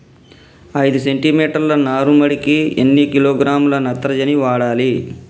ఐదు సెంటిమీటర్ల నారుమడికి ఎన్ని కిలోగ్రాముల నత్రజని వాడాలి?